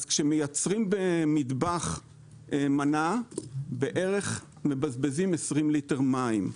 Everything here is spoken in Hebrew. כאשר מייצרים במטבח מנה מבזבזים בערך 20 ליטר מים,